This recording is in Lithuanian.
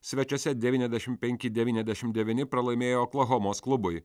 svečiuose devyniasdešim penki devyniasdešim devyni pralaimėjo oklahomos klubui